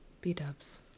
B-dubs